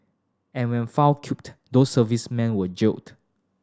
and when found cute those servicemen were jailed